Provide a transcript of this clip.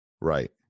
Right